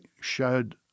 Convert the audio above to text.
showed